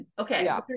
Okay